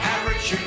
Average